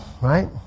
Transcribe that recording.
right